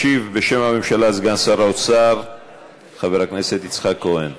ישיב בשם הממשלה סגן שר האוצר חבר הכנסת יצחק כהן.